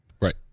Right